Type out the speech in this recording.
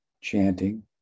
chanting